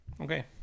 Okay